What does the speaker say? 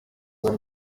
bari